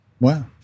Wow